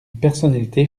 personnalité